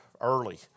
early